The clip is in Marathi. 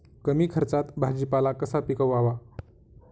कमी खर्चात भाजीपाला कसा पिकवावा?